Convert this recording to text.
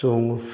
ꯆꯣꯡꯉꯨ